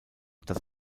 dass